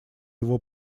его